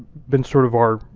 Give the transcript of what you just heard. been sort of our,